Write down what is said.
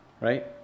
right